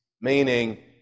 meaning